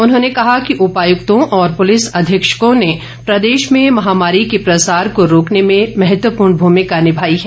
उन्होंने कहा कि उपायुक्तों और पुलिस अधीक्षकों ने प्रदेश में महामारी के प्रसार को रोकने में महत्वपूर्ण भूमिका निभाई है